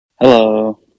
hello